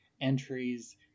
entries